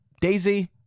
Daisy